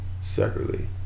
separately